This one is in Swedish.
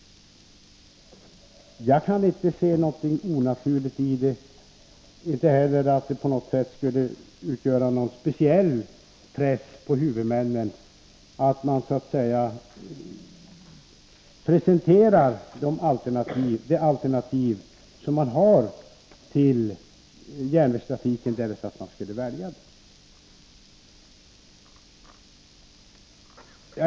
Jag kan inte se att det skulle vara något onaturligt eller att det skulle lägga någon speciell press på huvudmännen att begära att de presenterar de olika alternativen till järnvägstrafik där persontrafik skall prövas.